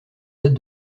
date